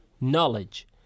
knowledge